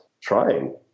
trying